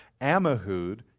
Amahud